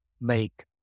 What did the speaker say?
make